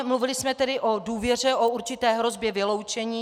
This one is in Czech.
Mluvili jsme o důvěře, o určité hrozbě vyloučení.